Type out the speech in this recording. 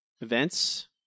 events